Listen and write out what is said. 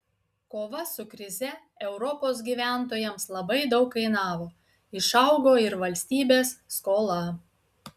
kova su krize europos gyventojams labai daug kainavo išaugo ir valstybės skola